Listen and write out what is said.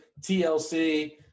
TLC